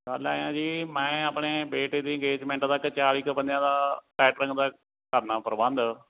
ਗੱਲ ਐਂ ਐ ਜੀ ਮੈਂ ਆਪਣੇ ਬੇਟੇ ਦੀ ਅਗੇਜ਼ਮੈਂਟ ਤੱਕ ਚਾਲੀ ਕੁ ਬੰਦਿਆਂ ਦਾ ਕੈਟਰਿੰਗ ਦਾ ਕਰਨਾ ਪ੍ਰਬੰਧ